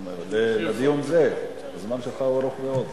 זה לדיון הזה, הזמן שלך הוא ארוך מאוד.